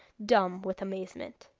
dumb with amazement.